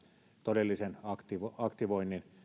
todellisesta aktivoinnista